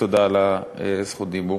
תודה על רשות הדיבור.